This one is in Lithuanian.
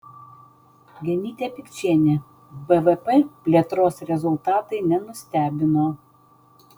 genytė pikčienė bvp plėtros rezultatai nenustebino